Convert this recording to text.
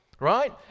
Right